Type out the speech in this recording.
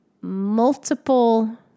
multiple